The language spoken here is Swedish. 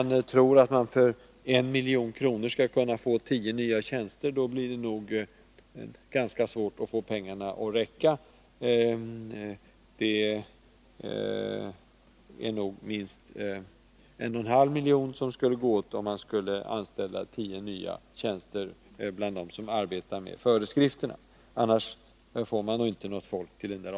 För 1 milj.kr. skall man få tio nya tjänster. Men det blirnog ganska svårt att få pengarna att räcka. Det skulle gå åt minst 1,5 milj.kr., om man skulle inrätta tio nya tjänster på den avdelning som arbetar med föreskrifterna; annars får man noginte något folk dit.